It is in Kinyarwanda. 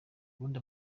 ubundi